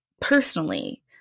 personally